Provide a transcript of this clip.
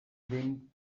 wind